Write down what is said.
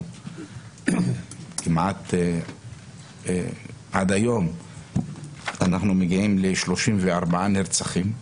כמעט עד היום אנחנו מגיעים ל-34 נרצחים.